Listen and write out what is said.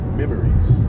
memories